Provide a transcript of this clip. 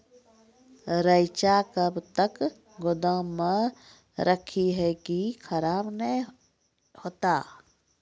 रईचा कब तक गोदाम मे रखी है की खराब नहीं होता?